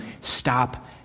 stop